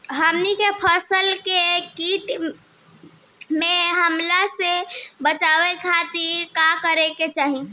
हमनी के फसल के कीट के हमला से बचावे खातिर का करे के चाहीं?